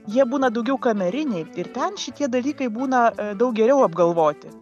jie būna daugiau kameriniai ir ten šitie dalykai būna daug geriau apgalvoti